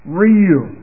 real